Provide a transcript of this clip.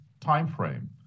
timeframe